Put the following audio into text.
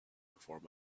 before